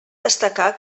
destacar